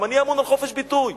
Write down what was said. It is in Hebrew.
גם אני אמון על חופש ביטוי.